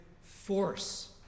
force